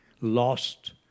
lost